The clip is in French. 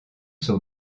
sont